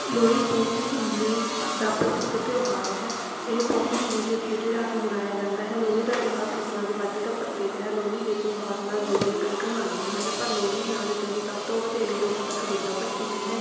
ਲੋਹੜੀ ਪੋਹ ਮਹੀਨੇ ਦਾ ਪ੍ਰਸਿੱਧ ਤਿਉਹਾਰ ਹੈ ਇਹ ਪੋਹ ਮਹੀਨੇ ਦੇ ਅਖੀਰਲੀ ਰਾਤ ਨੂੰ ਮਨਾਇਆ ਜਾਂਦਾ ਹੈ ਲੋਹੜੀ ਦਾ ਤਿਉਹਾਰ ਫ਼ਸਲਾਂ ਦੀ ਵਾਢੀ ਦਾ ਪ੍ਰਤੀਕ ਹੈ ਲੋਹੜੀ ਦੇ ਤਿਉਹਾਰ ਨਾਲ ਜੁੜੀਆਂ ਕਈ ਕਹਾਣੀਆਂ ਹਨ ਪਰ ਲੋਹੜੀ ਨਾਲ ਜੁੜੀ ਸਭ ਤੋਂ ਵਧੇਰੇ ਲੋਕ ਕਥਾ ਦੁੱਲਾ ਭੱਟੀ ਦੀ ਹੈ